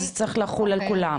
זה צריך לחול על כולם?